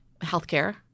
healthcare